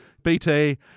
BT